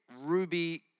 ruby